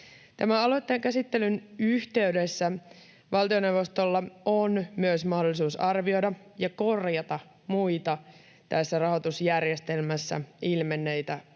aloitteen käsittelyn yhteydessä valtioneuvostolla on myös mahdollisuus arvioida ja korjata muita tässä rahoitusjärjestelmässä ilmenneitä